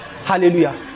Hallelujah